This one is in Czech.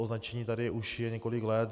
To označení tady už je několik let.